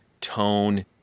tone